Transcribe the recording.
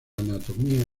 anatomía